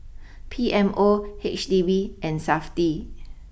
P M O H D B and Safti